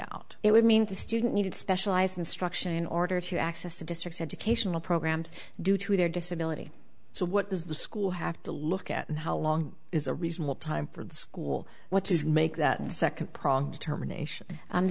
out it would mean the student needed specialized instruction in order to access the district's educational programs due to their disability so what does the school have to look at and how long is a reasonable time for the school what does make that second prong determination